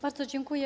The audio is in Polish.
Bardzo dziękuję.